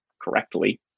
correctly